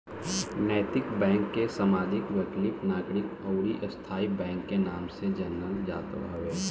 नैतिक बैंक के सामाजिक, वैकल्पिक, नागरिक अउरी स्थाई बैंक के नाम से जानल जात हवे